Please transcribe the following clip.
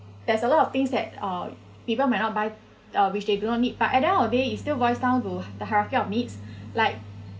there's a lot of things that uh people may not buy uh which they do not need but at the end of the day is still boils down to the heartfelt of needs like